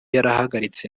yarahagaritse